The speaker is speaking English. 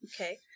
okay